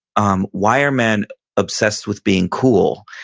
um why are men obsessed with being cool.